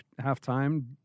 halftime